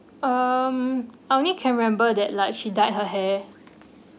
um I only can remember that like she dyed her hair